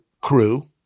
crew